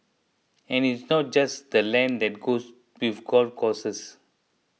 and it's not just the land that goes with golf courses